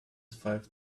five